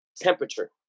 temperature